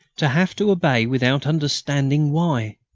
to have to obey without understanding why!